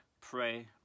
pray